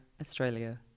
Australia